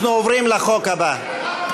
אנחנו עוברים לחוק הבא.